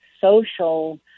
social